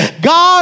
God